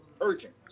urgent